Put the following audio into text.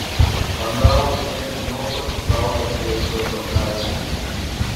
vandalai ėmė niokoti saulės laikrodžio aikštę